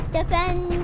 Defend